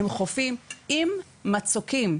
הם חופים עם מצוקים,